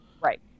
Right